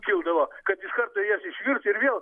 kildavo kad iš karto jas išvirs ir vėl